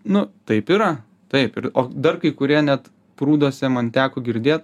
nu taip yra taip ir o dar kai kurie net prūduose man teko girdėt